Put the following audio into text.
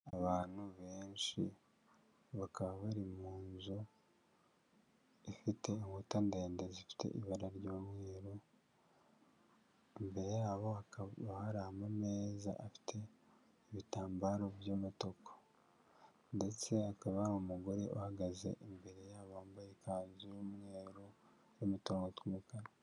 Abantu benshi, bakaba bari mu nzu, ifite inkuta ndende zifite ibara ry'umweru, imbere yaboba hari amameza afite ibitambaro by'umutuku, ndetse akaba n'umugore uhagaze imbere yaba wambaye ikanzu y'umweru, irimo uturongo tw'umukara.